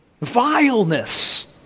Vileness